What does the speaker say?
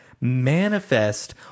manifest